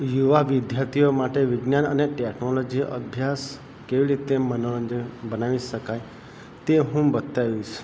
યુવા વિદ્યાર્થીઓ માટે વિજ્ઞાન અને ટેક્નોલોજી અભ્યાસ કેવી રીતે મનોરંજક બનાવી શકાય તે હું બતાવીશ